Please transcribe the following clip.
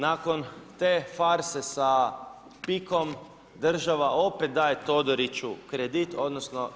Nakon te farse sa Pikom, država opet daje Todoriću kredit, odnosno.